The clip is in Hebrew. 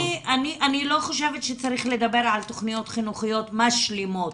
אני לא חושבת שצריך לדבר על תוכניות חינוכיות משלימות,